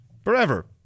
forever